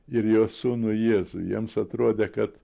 ir jo sūnui jėzui jiems atrodė kad